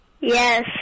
Yes